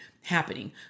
happening